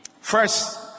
first